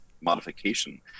modification